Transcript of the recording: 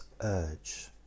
urge